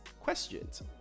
questions